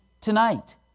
tonight